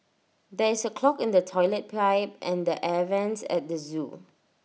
there is A clog in the Toilet Pipe and the air Vents at the Zoo